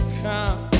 come